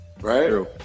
right